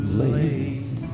late